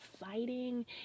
exciting